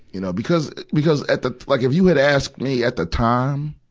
you know, because, because at the like if you had asked me at the time,